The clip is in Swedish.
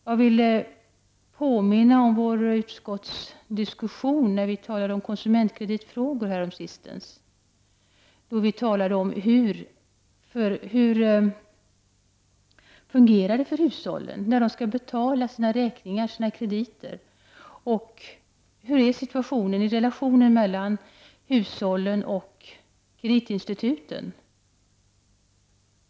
Jag vill påminna om utskottsdiskussionen häromsistens när vi talade om konsumentkreditfrågor. Då diskuterade vi hur hushållen fungerar när de skall betala sina räkningar och krediter och hur relationen är mellan hushållen och kreditinstituten.